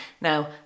Now